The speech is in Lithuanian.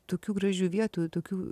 tokių gražių vietų tokių